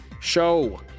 show